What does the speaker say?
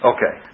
Okay